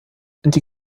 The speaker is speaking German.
die